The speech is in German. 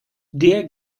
der